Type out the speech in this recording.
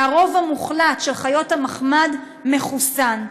והרוב המוחלט של חיות המחמד מחוסנות,